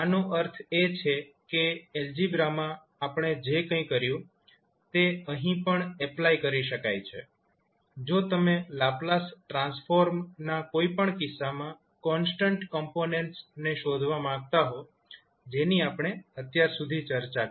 આનો અર્થ એ છે કે એલ્જીબ્રામાં આપણે જે કંઇ કર્યું તે અહીં પણ એપ્લાય કરી શકાય છે જો તમેં લાપ્લાસ ટ્રાન્સફોર્મના કોઈ પણ કેસમાં કોન્સ્ટન્ટ કોમ્પોનેન્ટ્સ શોધવા માંગતા હો જેની આપણે અત્યાર સુધી ચર્ચા કરી